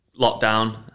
lockdown